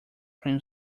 cream